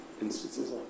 instances